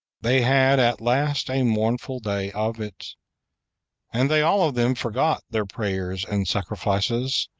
they had at last a mournful day of it and they all of them forgot their prayers and sacrifices,